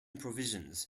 provisions